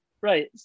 Right